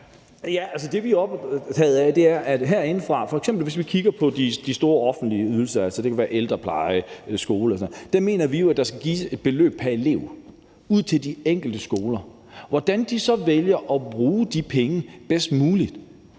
Altså det, vi er optaget af, er, at hvis vi f.eks. kigger på de store offentlige ydelser – det kan være ældrepleje eller skole – så mener vi jo, at der skal gives et beløb pr. elev til de enkelte skoler. Hvordan de så vælger at bruge de penge bedst muligt,